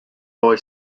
boy